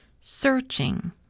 searching